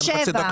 אז תן חצי דקה.